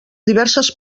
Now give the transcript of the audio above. diverses